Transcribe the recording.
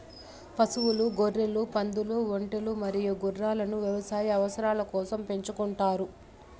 పశువులు, గొర్రెలు, పందులు, ఒంటెలు మరియు గుర్రాలను వ్యవసాయ అవసరాల కోసం పెంచుకుంటారు